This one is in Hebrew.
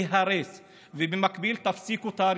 תוכנית שהצעתי קודם, ואני מעלה אותה גם פה.